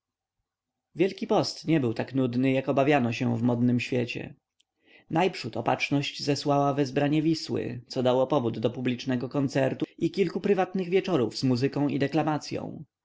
wielki post nie był tak nudny jak obawiano się w modnym świecie najprzód opatrzność zesłała wezbranie wisły co dało powód do publicznego koncertu i kilku prywatnych wieczorów z muzyką i deklamacyą